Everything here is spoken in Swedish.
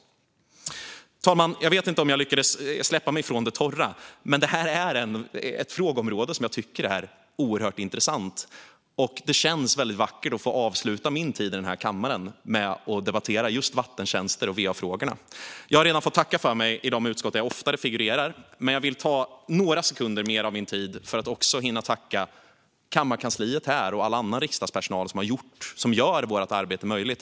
Fru talman! Jag vet inte om jag lyckades slita mig från det torra, men det här är ett frågeområde som jag tycker är oerhört intressant. Det känns väldigt vackert att få avsluta min tid i den här kammaren med att debattera just vattentjänster och va-frågorna. Jag har redan fått tacka för mig i de utskott där jag oftare figurerar, men jag vill ta några sekunder mer av min talartid åt att här också hinna tacka kammarkansliet och all annan riksdagspersonal som gör vårt arbete möjligt.